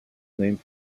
named